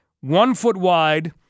one-foot-wide